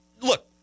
look